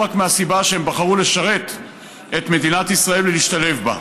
ולו רק מהסיבה שהם בחרו לשרת את מדינת ישראל ולהשתלב בה.